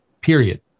period